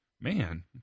man